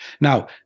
Now